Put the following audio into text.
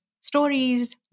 stories